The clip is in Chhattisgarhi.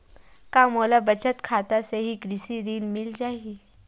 का मोला बचत खाता से ही कृषि ऋण मिल जाहि?